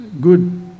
good